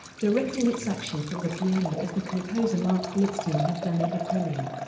directing its action from the piano as the composer marc blitzstein had done at the premiere.